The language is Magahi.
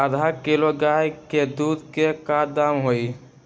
आधा किलो गाय के दूध के का दाम होई?